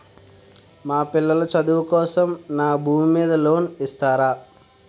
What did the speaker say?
మా పిల్లల చదువు కోసం నాకు నా భూమి మీద లోన్ ఇస్తారా?